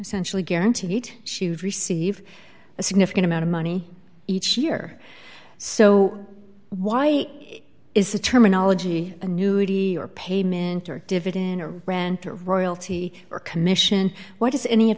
essentially guaranteed she would receive a significant amount of money each year so why is the terminology annuity or payment or divot in a renter royalty or commission what does any of